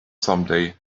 someday